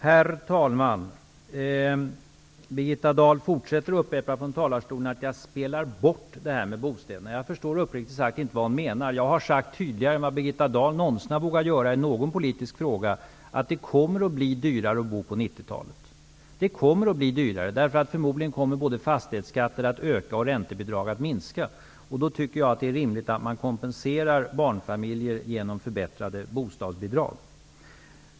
Herr talman! Birgitta Dahl fortsätter att från sin talarstol upprepa att jag spelar bort bostäderna. Jag förstår uppriktigt sagt inte vad hon menar. Jag har sagt tydligare än vad Birgitta Dahl någonsin har vågat göra i någon politisk fråga att det kommer att bli dyrare att bo på 90-talet. Förmodligen kommer både fastighetsskatten att öka och räntebidragen att minska. Det är rimligt att man då kompenserar barnfamiljer genom förbättringar av bostadsbidragen.